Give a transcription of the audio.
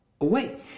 away